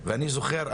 ואני זוכר,